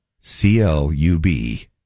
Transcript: c-l-u-b